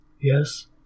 yes